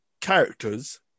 characters